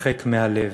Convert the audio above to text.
הרחק מהלב.